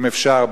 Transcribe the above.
אם אפשר,